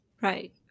Right